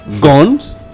guns